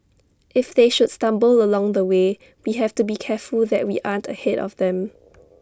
if they should stumble along the way we have to be careful that we aren't ahead of them